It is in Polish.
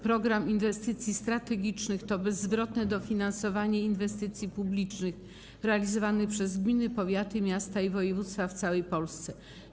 Program Inwestycji Strategicznych to bezzwrotne dofinansowanie inwestycji publicznych realizowanych przez gminy, powiaty, miasta i województwa w całej Polsce.